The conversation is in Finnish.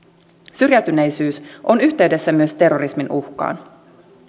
syrjäytyneisyys on yhteydessä myös terrorismin uhkaan